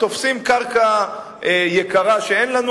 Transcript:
תופסים קרקע יקרה שאין לנו,